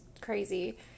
crazy